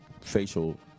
facial